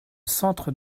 centre